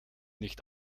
nicht